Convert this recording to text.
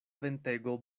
ventego